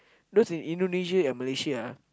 those in Indonesia and Malaysia ah